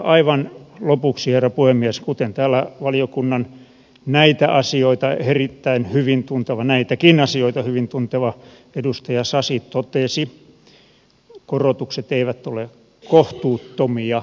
aivan lopuksi herra puhemies kuten täällä valiokunnan näitäkin asioita erittäin hyvin tunteva edustaja sasi totesi korotukset eivät ole kohtuuttomia